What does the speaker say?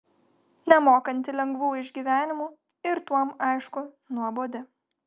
nemokanti lengvų išgyvenimų ir tuom aišku nuobodi